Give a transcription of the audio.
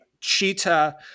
cheetah